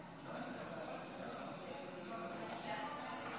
אדוני היושב בראש.